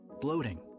bloating